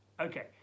Okay